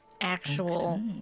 actual